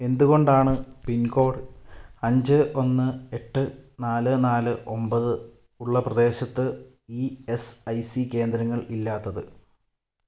എന്തുകൊണ്ടാണ് pin code അഞ്ച് ഒന്ന് എട്ട് നാല് നാല് ഒമ്പത് ഉള്ള പ്രദേശത്ത് ഇ എസ് ഐ സി കേന്ദ്രങ്ങൾ ഇല്ലാത്തത്